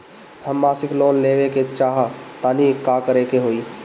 हम मासिक लोन लेवे के चाह तानि का करे के होई?